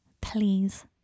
Please